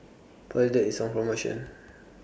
Polident IS on promotion